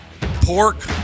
pork